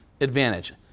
advantage